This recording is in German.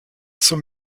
zum